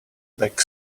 back